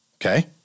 okay